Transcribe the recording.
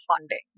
funding